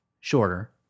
shorter